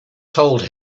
told